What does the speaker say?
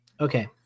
Okay